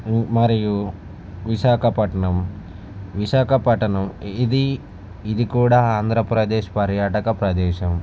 మరియు విశాఖపట్నం విశాఖపట్టణం ఇది ఇది కూడా ఆంధ్రప్రదేశ్ పర్యాటక ప్రదేశం